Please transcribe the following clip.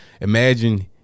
Imagine